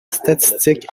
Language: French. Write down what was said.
statistique